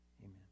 amen